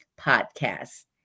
podcast